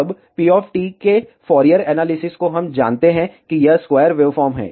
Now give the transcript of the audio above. अब p के Fourier analysis को हम जानते हैं कि यह एक स्क्वायर वेवफॉर्म है